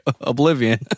Oblivion